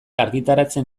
argitaratzen